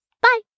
Bye